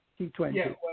T20